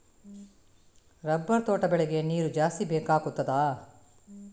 Rubber ತೋಟ ಬೆಳೆಗೆ ನೀರು ಜಾಸ್ತಿ ಬೇಕಾಗುತ್ತದಾ?